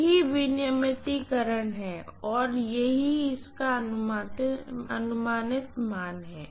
यही विनियमितीकरण है और ये इसका अनुमानित मान है